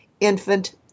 Infant